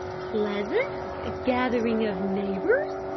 pleasant. gathering of neighbors?